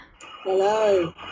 Hello